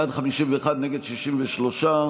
בעד, 51, נגד, 63,